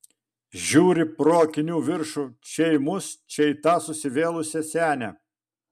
žiūri pro akinių viršų čia į mus čia į tą susivėlusią senę